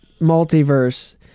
multiverse